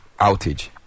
outage